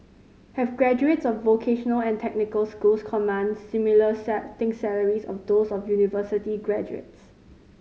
have graduates of vocational and technical schools command similar starting salaries of those of university graduates